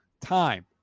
time